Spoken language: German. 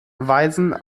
weisen